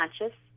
conscious